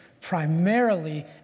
primarily